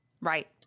Right